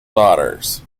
daughters